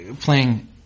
playing